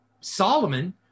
solomon